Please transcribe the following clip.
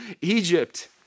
Egypt